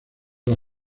los